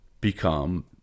become